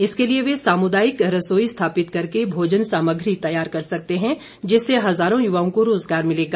इसके लिए वे सामुदायिक रसोई स्थापित करके भोजन सामग्री तैयार कर सकते हैं जिससे हजारों युवाओं को रोजगार मिलेगा